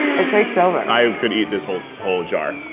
it takes over. i could eat this whole whole jar.